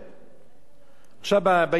עכשיו בעניין שלנו, אדוני היושב-ראש.